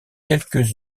quelques